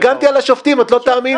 הגנתי על השופטים, את לא תאמיני.